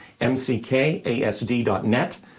mckasd.net